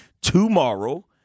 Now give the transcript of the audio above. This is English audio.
tomorrow